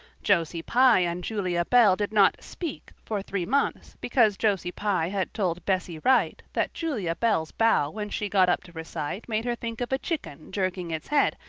josie pye and julia bell did not speak for three months, because josie pye had told bessie wright that julia bell's bow when she got up to recite made her think of a chicken jerking its head,